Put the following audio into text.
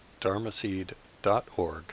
dharmaseed.org